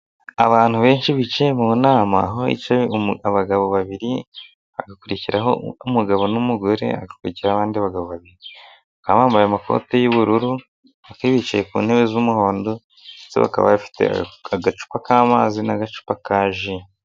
Abantu benshi bicaye mu nama aho hicaye abagabo babiri hakurikiraho umugabo n'umugore hagakurikiho abandi bagabo babiri bakaba bambaye amakoti y'ubururu bicaye ku ntebe z'umuhondo ndetse bakaba bafite agacupa k'amazi n'agacupa ka ji.